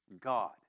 God